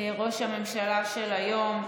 ראש הממשלה של היום,